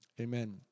amen